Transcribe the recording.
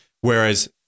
Whereas